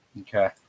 Okay